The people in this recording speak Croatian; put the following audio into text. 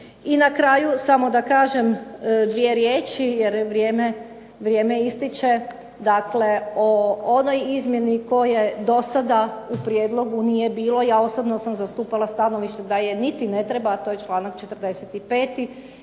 I na kraju samo da kažem dvije riječi jer vrijeme ističe, dakle o onoj izmjeni koje do sada u prijedlogu nije bilo. Ja osobno sam zastupala stanovište da je niti ne treba, a to je članak 45.